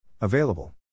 Available